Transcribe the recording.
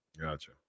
gotcha